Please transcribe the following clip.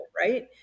right